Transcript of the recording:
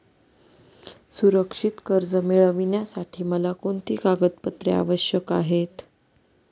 सुरक्षित कर्ज मिळविण्यासाठी मला कोणती कागदपत्रे आवश्यक आहेत